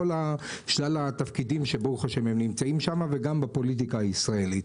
בכל שלל התפקידים שברוך השם הן נמצאות שם וגם בפוליטיקה הישראלית.